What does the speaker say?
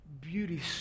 beauty